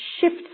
shift